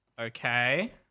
Okay